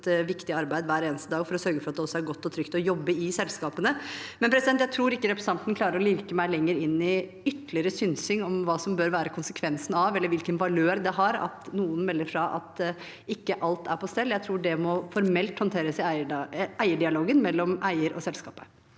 viktig arbeid hver eneste dag for å sørge for at det også er godt og trygt å jobbe i selskapene. Jeg tror ikke representanten klarer å lirke meg lenger inn i ytterligere synsing om hva som bør være konsekvensen av – eller hvilken valør det har – at noen melder fra at alt ikke er på stell. Jeg tror det formelt må håndteres i eierdialogen mellom eier og selskapet.